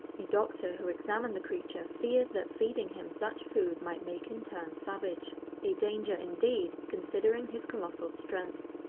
a doctor who examined the creature feared that feeding him such food might make him turn savage a danger indeed considering his colossal strength.